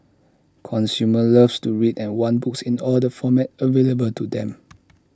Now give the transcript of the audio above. consumers love to read and want books in all the formats available to them